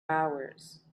hours